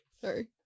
Sorry